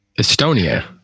Estonia